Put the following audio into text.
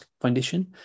foundation